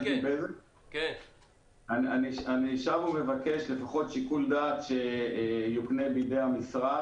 אני שב ומבקש לפחות שיקול דעת שיוקנה בידי המשרד